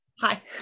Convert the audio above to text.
hi